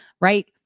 right